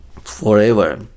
forever